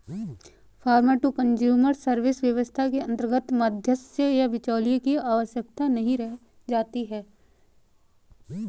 farmer to consumer service व्यवस्था के अंतर्गत मध्यस्थ या बिचौलिए की आवश्यकता नहीं रह जाती है